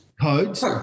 Codes